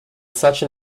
such